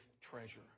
treasure